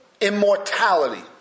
immortality